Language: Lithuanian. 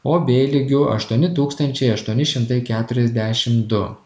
o b lygiu aštuoni tūkstančiai aštuoni šimtai keturiasdešim du